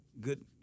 good